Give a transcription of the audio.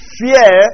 fear